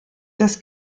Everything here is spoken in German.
das